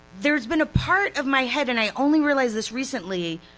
there's been a part of my head, and i only realized this recently,